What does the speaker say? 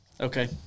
Okay